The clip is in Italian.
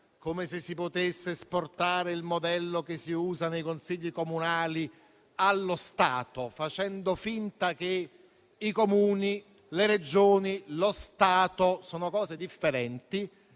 come se si potesse esportare il modello che si usa nei consigli comunali allo Stato, facendo finta che i Comuni, le Regioni e lo Stato non siano cose differenti,